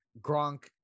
Gronk